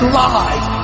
lies